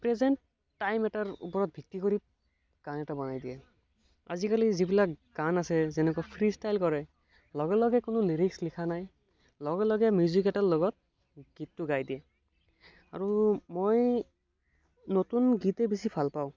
present time এটাৰ ওপৰত ভিত্তি কৰি গান এটা বনাই দিয়ে আজিকালি যিবিলাক গান আছে যেনেকৈ ফ্ৰী ষ্টাইল কৰে লগে লগে কোনো লিৰিক্স লিখা নাই লগে লগে মিউজিক এটাৰ লগত গীতটো গাই দিয়ে আৰু মই নতুন গীতে বেছি ভাল পাওঁ